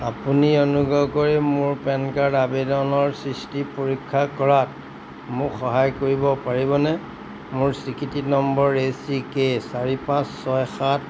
আপুনি অনুগ্ৰহ কৰি মোৰ পেন কাৰ্ড আবেদনৰ সৃষ্টি পৰীক্ষা কৰাত মোক সহায় কৰিব পাৰিবনে মোৰ স্বীকৃতি নম্বৰ এ চি কে চাৰি পাঁচ ছয় সাত